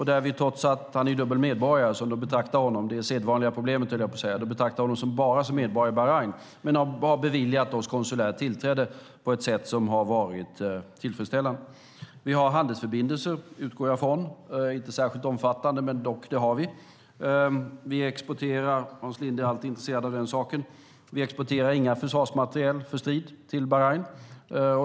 Den fängslade är dubbel medborgare, men Bahrain betraktar honom som enbart bahrainsk medborgare. Man har dock beviljat oss konsulärt tillträde på ett sätt som har varit tillfredsställande. Vi har handelsförbindelser, dock inte särskilt omfattande. Vi exporterar ingen försvarsmateriel för strid till Bahrain.